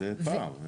זה פער.